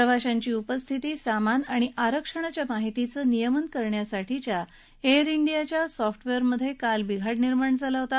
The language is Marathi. प्रवाशांची उपस्थिती सामान आणि आरक्षणाच्या माहितीचं नियमन करण्यासाठीच्या एअर इंडियाच्या सॉफ्टवेअरमध्ये काल बिघाड निर्माण झाला होता